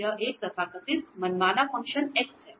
यह एक तथाकथित मनमाना फंक्शन x है